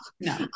no